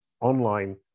online